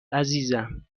عزیزم